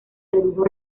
redujo